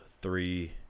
three